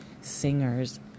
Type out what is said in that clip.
singers